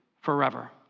forever